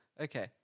Okay